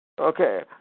Okay